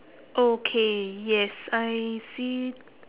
okay yes I see